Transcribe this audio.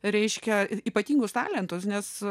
ryškią ir ypatingus talentus nes